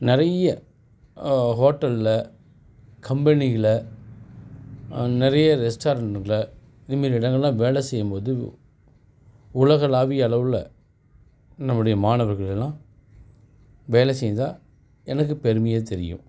நிறைய ஹோட்டலில் கம்பெனியில் நிறைய ரெஸ்ட்டாரெண்ட்டுங்களை இதை மாதிரி இடங்கள்லாம் வேலை செய்யும் போது உ உலகளாவியளவில் நம்முடைய மாணவர்களெல்லாம் வேலை செஞ்சால் எனக்கு பெருமையாக தெரியும்